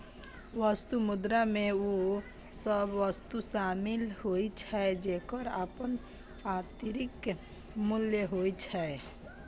वस्तु मुद्रा मे ओ सभ वस्तु शामिल होइ छै, जेकर अपन आंतरिक मूल्य होइ छै